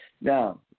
Now